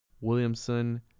Williamson